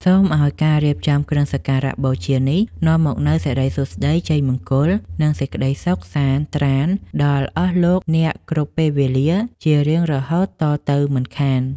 សូមឱ្យការរៀបចំគ្រឿងសក្ការៈបូជានេះនាំមកនូវសិរីសួស្តីជ័យមង្គល និង សេចក្តីសុខសាន្តត្រាណដល់អស់លោកអ្នកគ្រប់ពេលវេលាជារៀងរហូតតទៅមិនខាន។